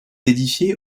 édifié